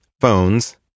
phones